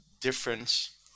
difference